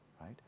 right